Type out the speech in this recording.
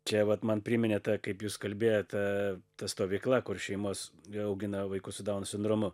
čia vat man priminė tą kaip jūs kalbėjote ta stovykla kur šeimos augina vaikus su dauno sindromu